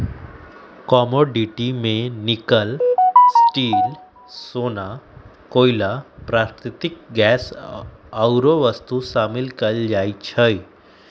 commodity में nickel, steel,, सोना, कोइला, प्राकृतिक गैस आउरो वस्तु शामिल कयल जाइ छइ